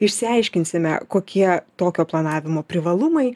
išsiaiškinsime kokie tokio planavimo privalumai